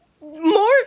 more